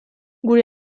gure